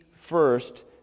first